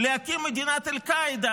להקים מדינת אל-קאעידה